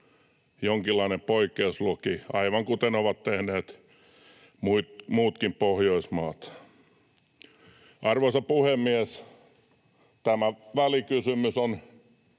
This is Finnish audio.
jonkinlainen poikkeuslaki, aivan kuten ovat tehneet muutkin Pohjoismaat. Arvoisa puhemies! Tämä välikysymys on